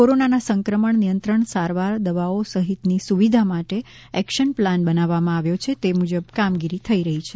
કોરોનાના સંક્રમણ નિયંત્રણ સારવાર દવાઓ સહિતની સુવિધા માટે એક્શન પ્લાન બનાવવામાં આવ્યો છે તે મુજબ કામગીરી થઈ રહી છે